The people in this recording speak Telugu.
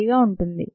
3 గా ఉంటుంది